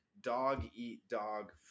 dog-eat-dog